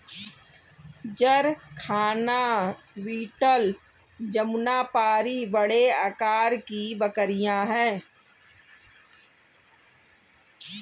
जरखाना बीटल जमुनापारी बड़े आकार की बकरियाँ हैं